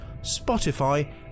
Spotify